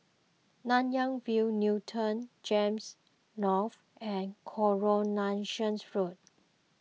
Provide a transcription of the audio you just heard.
Nanyang View Newton Gems North and Coronation Road